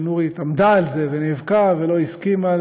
כשנורית עמדה על זה ונאבקה ולא הסכימה